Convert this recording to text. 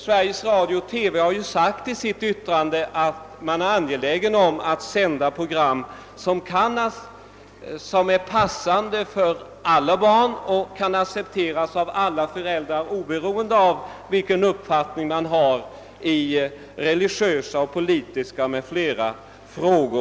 Sveriges Radio-TV har sagt i sitt yttrande att man är angelägen om att sända program som passar alla barn och kan accepteras av alla föräldrar oberoende av vilken uppfattning de har i religiösa, politiska och andra sådana frågor.